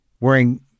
wearing